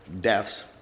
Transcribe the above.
deaths